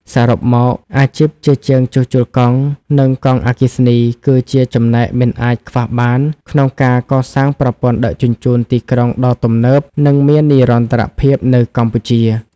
សរុបមក អាជីពជាជាងជួសជុលកង់ និងកង់អគ្គិសនី គឺជាចំណែកមិនអាចខ្វះបានក្នុងការកសាងប្រព័ន្ធដឹកជញ្ជូនទីក្រុងដ៏ទំនើប និងមាននិរន្តរភាពនៅកម្ពុជា។